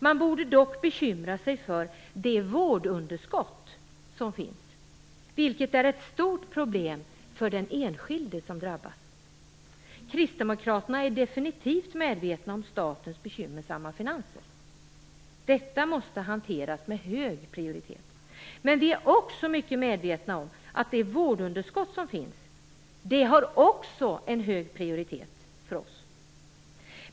Man borde dock bekymra sig för det vårdunderskott som finns, vilket är ett stort problem för den enskilde som drabbas. Kristdemokraterna är definitivt medvetna om statens bekymmersamma finanser. Detta måste hanteras med hög prioritet. Men vi är också mycket medvetna om det vårdunderskott som finns och det har hög prioritet för oss.